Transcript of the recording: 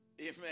Amen